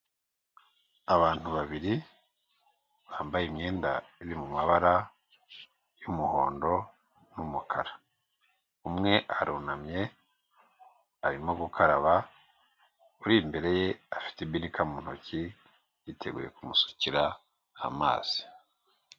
Abantu babiri bambaye imyenda iri mumabara yumuhondo n'umukara. Umwe arunamye arimo gukaraba, uri imbere ye afite ibinika mu ntoki yiteguye kumusukira amazi.